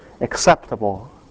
acceptable